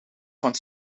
van